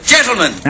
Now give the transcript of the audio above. Gentlemen